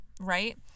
right